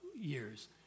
years